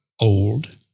old